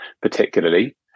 particularly